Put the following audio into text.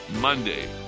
Monday